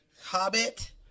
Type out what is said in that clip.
Hobbit